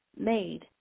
made